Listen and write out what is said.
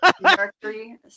Mercury